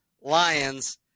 Lions